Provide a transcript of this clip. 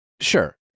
Sure